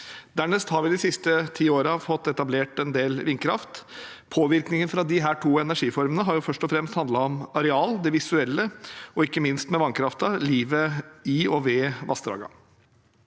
Dernest har vi de siste ti årene fått etablert en del vindkraft. Påvirkningen fra disse to energiformene har først og fremst handlet om areal, det visuelle og ikke minst, med vannkraften: livet i og ved vassdragene.